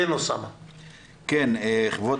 כבוד